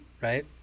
right